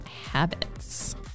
habits